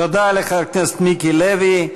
תודה לחבר הכנסת מיקי לוי.